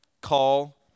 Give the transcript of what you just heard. Call